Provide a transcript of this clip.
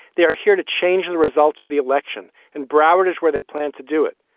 they are here to change the results of the election. and broward is where they plan to do it.